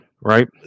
right